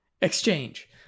exchange